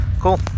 Cool